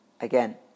again